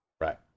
right